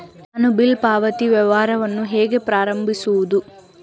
ನಾನು ಬಿಲ್ ಪಾವತಿ ವ್ಯವಹಾರವನ್ನು ಹೇಗೆ ಪ್ರಾರಂಭಿಸುವುದು?